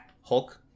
Hulk